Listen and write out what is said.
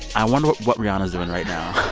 i wonder what what rihanna's doing right now?